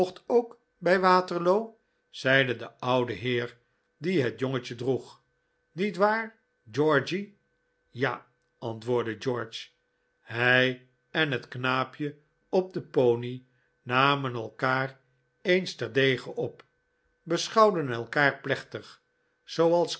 ook bij waterloo zeide de oude heer die het jongetje droeg niet waar georgy ja antwoordde george hij en het knaapje op den pony namen elkaar eens ter dege op beschouwden elkaar plechtig zooals